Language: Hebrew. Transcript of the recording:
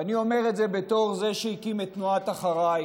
ואני אומר את זה בתור זה שהקים את תנועת אחריי,